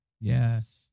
Yes